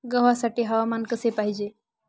गव्हासाठी हवामान कसे पाहिजे?